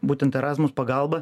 būtent erasmus pagalba